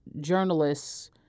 journalists